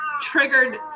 triggered